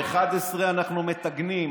ב-11:00 אנחנו מטגנים.